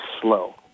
slow